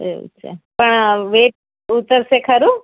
એવું છે પણ વેટ ઊતરશે ખરું